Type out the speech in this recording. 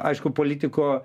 aišku politiko